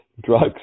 drugs